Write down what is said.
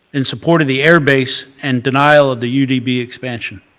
in support of the air base and denial of the u d b. expansion.